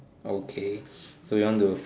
okay so you want to